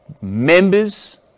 members